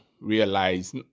realize